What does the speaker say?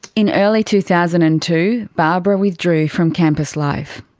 in early two thousand and two barbara withdrew from campus life.